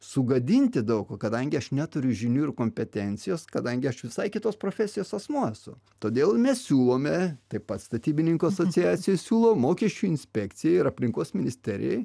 sugadinti daug o kadangi aš neturiu žinių ir kompetencijos kadangi aš visai kitos profesijos asmuo esu todėl mes siūlome taip pat statybininkų asociacija siūlo mokesčių inspekcijai ir aplinkos ministerijai